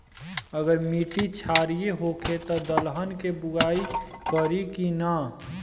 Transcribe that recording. अगर मिट्टी क्षारीय होखे त दलहन के बुआई करी की न?